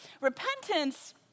Repentance